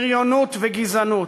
בריונות וגזענות.